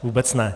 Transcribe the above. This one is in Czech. Vůbec ne.